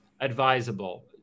advisable